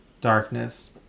darkness